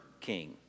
king